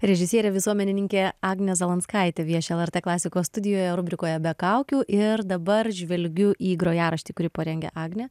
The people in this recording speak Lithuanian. režisierė visuomenininkė agnė zalanskaitė vieši lrt klasikos studijoje rubrikoje be kaukių ir dabar žvelgiu į grojaraštį kurį parengė agnė